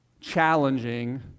challenging